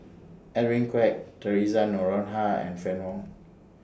Edwin Koek Theresa Noronha and Fann Wong